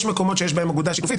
יש מקומות שיש בהם אגודה שיתופית,